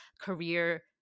career